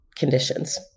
Conditions